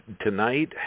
tonight